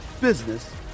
business